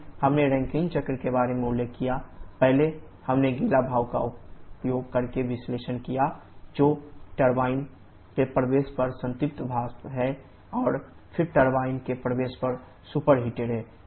फिर हमने रैंकिन चक्र के बारे में उल्लेख किया पहले हमने गीला भाप का उपयोग करके विश्लेषण किया जो टरबाइन के प्रवेश पर संतृप्त वाष्प है और फिर टरबाइन के प्रवेश पर सुपरहीटेड है